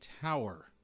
tower